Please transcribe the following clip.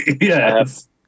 Yes